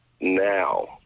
now